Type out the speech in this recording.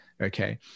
Okay